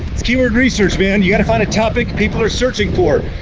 it's keyword research, man, you got to find a topic people are searching for.